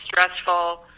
stressful